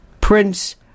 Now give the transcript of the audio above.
Prince